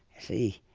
see,